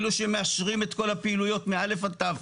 אלו שמאשרים את כל הפעילויות מא' עד ת'.